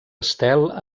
estel